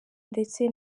ndetse